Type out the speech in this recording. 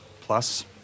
Plus